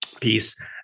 piece